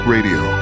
Radio